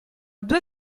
due